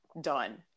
done